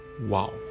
Wow